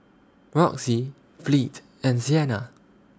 Roxie Fleet and Siena